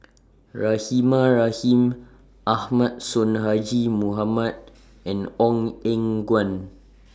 Rahimah Rahim Ahmad Sonhadji Mohamad and Ong Eng Guan